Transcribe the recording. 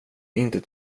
inte